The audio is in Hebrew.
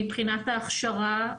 מבחינת ההכשרה,